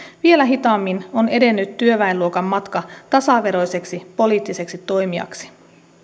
vielä hitaammin on edennyt työväenluokan matka tasaveroiseksi poliittiseksi toimijaksi